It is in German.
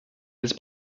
des